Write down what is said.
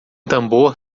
tambor